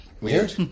Weird